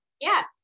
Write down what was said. Yes